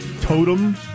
totem